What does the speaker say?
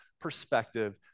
perspective